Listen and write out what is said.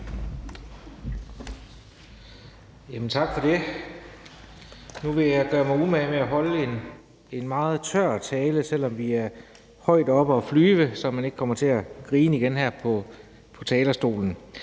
Tak for det. Nu vil jeg gøre mig umage med at holde en meget tør tale, selv om vi er højt oppe at flyve, så man ikke kommer til at grine igen her på talerstolen.